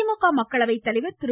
திமுக மக்களவை தலைவர் திரு